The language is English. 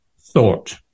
thought